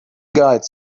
guides